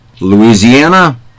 Louisiana